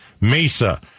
Mesa